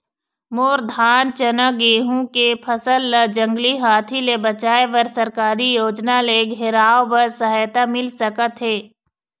मोर धान चना गेहूं के फसल ला जंगली हाथी ले बचाए बर सरकारी योजना ले घेराओ बर सहायता मिल सका थे?